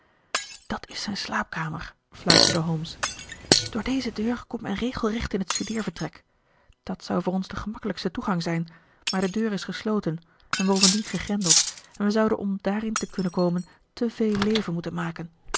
dat is zijn slaapkamer fluisterde holmes door deze deur komt men regelrecht in het studeervertrek dat zou voor ons de gemakkelijkste toegang zijn maar de deur is gesloten en bovendien gegrendeld en wij zouden om daarin te kunnen komen te veel leven moeten maken